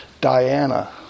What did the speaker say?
Diana